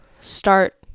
start